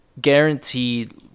Guaranteed